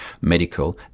medical